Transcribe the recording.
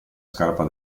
scarpa